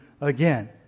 again